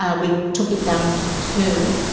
ah we took it down to two,